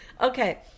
Okay